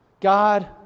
God